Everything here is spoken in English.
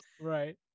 Right